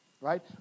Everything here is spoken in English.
right